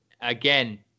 Again